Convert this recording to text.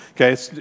okay